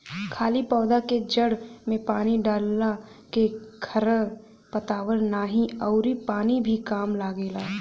खाली पौधा के जड़ में पानी डालला के खर पतवार नाही अउरी पानी भी कम लगेला